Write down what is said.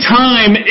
time